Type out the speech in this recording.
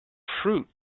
fruits